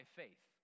faith